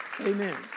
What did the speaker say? Amen